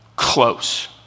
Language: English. close